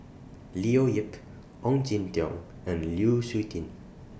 Leo Yip Ong Jin Teong and Lu Suitin